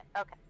okay